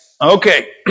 Okay